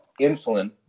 insulin